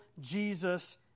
Jesus